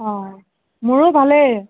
অঁ মোৰো ভালেই